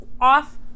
off